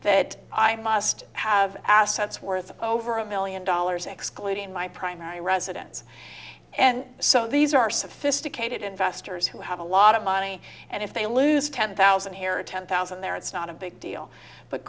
that i must have assets worth over a million dollars excluding my primary residence and so these are sophisticated investors who have a lot of money and if they lose ten thousand here or ten thousand there it's not a big deal but